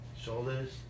Shoulders